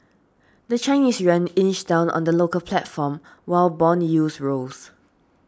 the Chinese yuan inched down on the local platform while bond yields rose